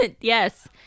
yes